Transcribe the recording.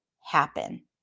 happen